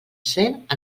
cent